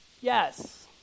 Yes